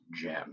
Gem